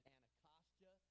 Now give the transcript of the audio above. Anacostia